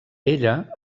ella